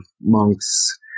monks